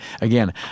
again